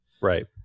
Right